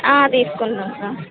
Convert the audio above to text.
తీస్కుంటాం sir